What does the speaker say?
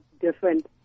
different